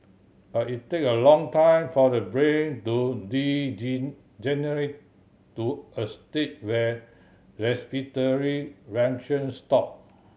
but it take a long time for the brain to to a stage where respiratory stop